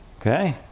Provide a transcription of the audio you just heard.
Okay